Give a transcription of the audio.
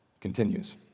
continues